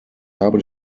habe